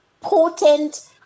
potent